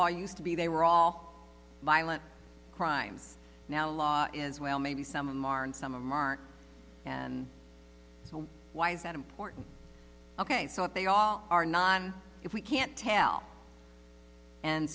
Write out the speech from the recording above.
are used to be they were all violent crimes now law is well maybe some of them are and some of them aren't and so why is that important ok so if they all are not if we can't tell and